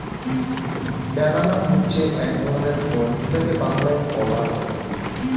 banana হচ্ছে এক ধরনের ফল যাকে বাংলায় কলা বলে